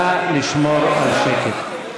נא לשמור על השקט.